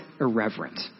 irreverent